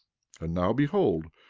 and now behold,